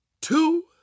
two